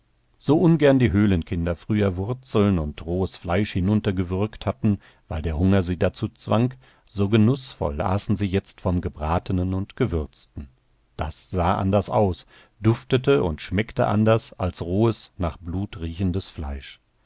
so ungern die höhlenkinder früher wurzeln und rohes fleisch hinuntergewürgt hatten weil der hunger sie dazu zwang so genußvoll aßen sie jetzt vom gebratenen und gewürzten das sah anders aus duftete und schmeckte anders als rohes nach blut riechendes fleisch